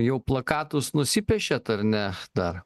jau plakatuos nusipiešėt ar ne dar